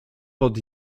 pod